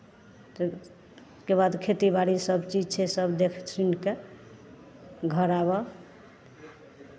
ताहिके बाद खेतीबाड़ी सभचीज छै सभ देख सुनि कऽ घर आबह